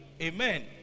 Amen